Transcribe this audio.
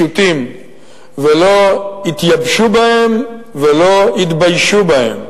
ולא התייבשו בהם ולא התביישו בהם.